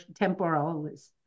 temporalis